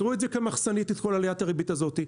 תיצרו את זה כמחסנית את כל עליית הריבית הזאת,